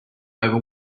over